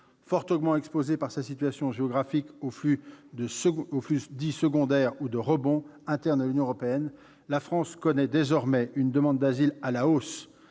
Fortement exposée par sa situation géographique aux flux dits « secondaires » ou « de rebond » internes à l'Union européenne, la France connaît désormais une demande d'asile à la hausse,